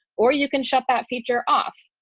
or you can shut that feature off.